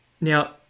Now